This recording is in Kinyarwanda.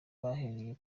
bahereye